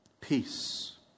peace